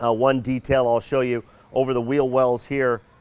ah one detail i'll show you over the wheel wells here,